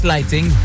Lighting